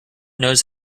knows